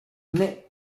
naît